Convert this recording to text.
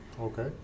okay